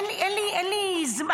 אין לי זמן,